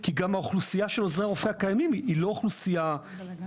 כי גם האוכלוסייה של עוזרי הרופא היא לא אוכלוסייה הומוגנית.